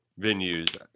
venues